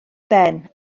ben